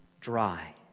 dry